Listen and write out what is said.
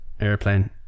Airplane